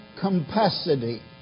capacity